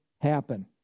happen